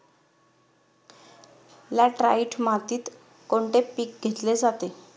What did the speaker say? Laterite मातीत कोणते पीक घेतले जाते?